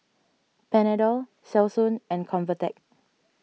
Panadol Selsun and Convatec